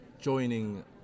joining